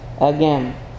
again